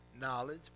knowledge